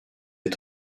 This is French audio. est